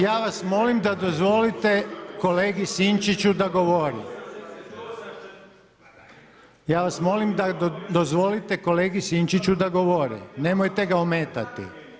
Ja vas molim da dozvolite kolegi Sinčiću da govori, ja vas molim da dozvolite kolegi Sinčiću da govori, nemojte ga ometati.